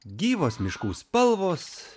gyvos miškų spalvos